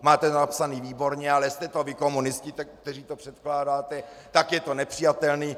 Máte to napsané výborně, ale jste to vy, komunisti, kteří to předkládáte, tak je to nepřijatelné.